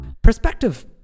Perspective